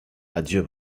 adieu